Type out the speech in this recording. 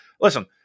listen